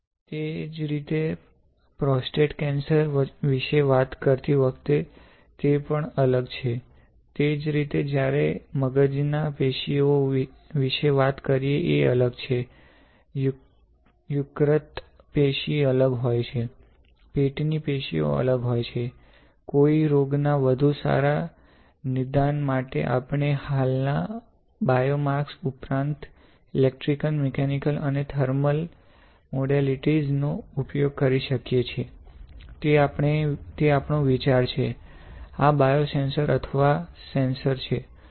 તે જ રીતે પ્રોસ્ટેટ કેન્સર વિશે વાત કરતી વખતે તે પણ અલગ છે તે જ રીતે જ્યારે મગજના પેશીઓ વિશે વાત કરીએ એ અલગ છે યકૃત પેશી અલગ હોય છે પેટની પેશીઓ અલગ હોય છે કોઈ રોગના વધુ સારા નિદાન માટે આપણે હાલના બાયોમાર્કર્સ ઉપરાંત ઇલેક્ટ્રિકલ મિકેનિકલ અને થર્મલ મોડેલિટીઝ નો ઉપયોગ કરી શકીએ છીએ તે આપણો વિચાર છે આ બાયોસેન્સર અથવા કેન્સર સેન્સર છે